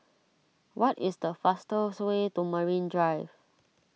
what is the fastest way to Marine Drive